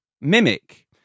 Mimic